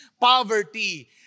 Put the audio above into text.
poverty